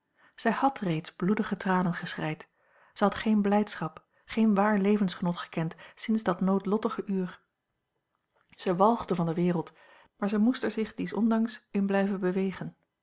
zij had reeds bloedige tranen geschreid zij had geen blijdschap geen waar levensgenot gekend sinds dat noodlottige uur zij walgde van de wereld maar zij moest er zich dies ondanks in blijven bewegen